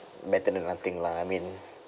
better than nothing lah I mean